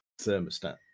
thermostat